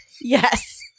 yes